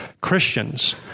Christians